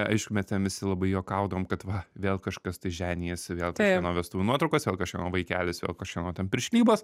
aišku mes ten visi labai juokaudavom kad va vėl kažkas tai ženijasi vėl kažkieno vestuvių nuotraukos vėl kažkieno vaikelis vėl kažkieno ten piršlybos